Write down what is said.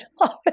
office